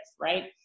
right